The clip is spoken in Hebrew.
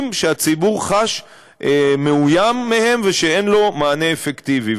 שהציבור חש מאוים מהם ושאין לו מענה אפקטיבי.